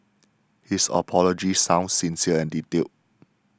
his apology sounded sincere and detailed